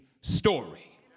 story